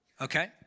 Okay